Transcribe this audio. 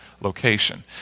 location